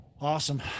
Awesome